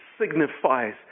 signifies